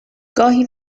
گاهی